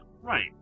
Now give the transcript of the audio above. right